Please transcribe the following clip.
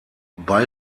bei